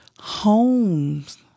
homes